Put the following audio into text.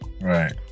Right